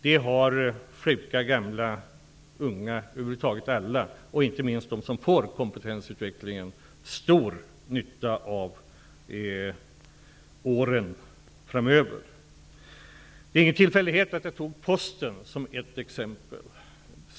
Det har sjuka, gamla, unga och inte minst de som får del av kompetensutvecklingen stor nytta av åren framöver. Det är ingen tillfällighet att jag tog Posten som exempel.